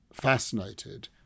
fascinated